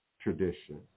tradition